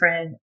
different